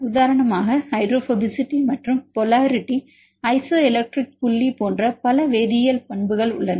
உதாரணமாக ஹைட்ரோபோபசிட்டி மற்றும் polarity isoelectric புள்ளி போன்ற பல வேதியியல் பண்புகள் உள்ளன